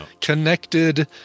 connected